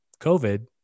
COVID